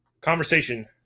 Conversation